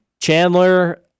Chandler